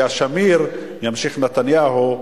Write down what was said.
היה שמיר, ימשיך נתניהו,